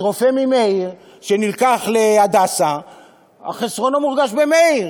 אז רופא ממאיר שנלקח להדסה חסרונו מורגש במאיר,